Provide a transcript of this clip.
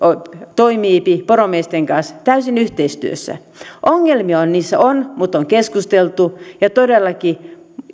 toimii poromiesten kanssa täysin yhteistyössä ongelmia niissä on mutta niistä on keskusteltu ja todellakin